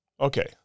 okay